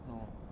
no